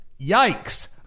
Yikes